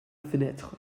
fenêtre